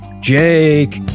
Jake